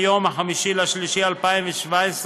בישיבתה ביום 5 במרס 2017,